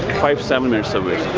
five centimeters away.